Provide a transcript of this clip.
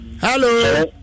Hello